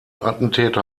attentäter